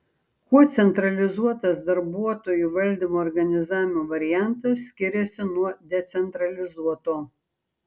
kuo centralizuotas darbuotojų valdymo organizavimo variantas skiriasi nuo decentralizuoto